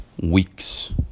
weeks